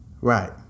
Right